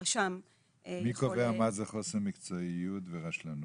הרשם יכול --- מי קובע מה זה חוסר מקצועיות ורשלנות?